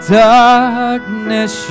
darkness